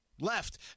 left